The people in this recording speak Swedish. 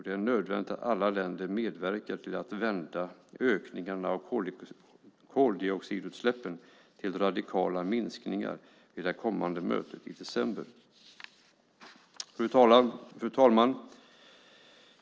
Det är nödvändigt att alla länder medverkar till att vända ökningarna av koldioxidutsläppen till radikala minskningar vid det kommande mötet i december. Fru talman!